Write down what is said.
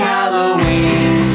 Halloween